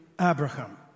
Abraham